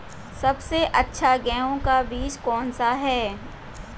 सबसे अच्छा गेहूँ का बीज कौन सा है?